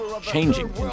changing